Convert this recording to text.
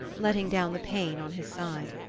letting down the pane on his side.